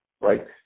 right